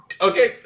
Okay